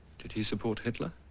did he support hitler?